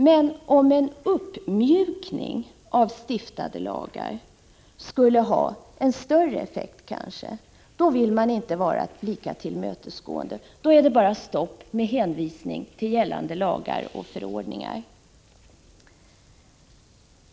Men om en uppmjukning av stiftade lagar kanske skulle ha större effekt, då vill man inte vara lika tillmötesgående, utan då är det bara stopp, med hänvisning till gällande lagar och förordningar.